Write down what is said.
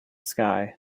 sky